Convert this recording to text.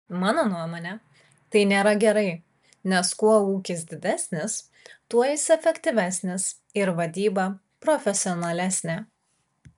mano nuomone tai nėra gerai nes kuo ūkis didesnis tuo jis efektyvesnis ir vadyba profesionalesnė